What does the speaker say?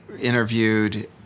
interviewed